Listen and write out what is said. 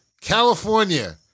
california